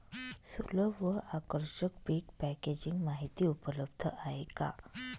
सुलभ व आकर्षक पीक पॅकेजिंग माहिती उपलब्ध आहे का?